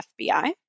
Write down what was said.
FBI